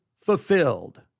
fulfilled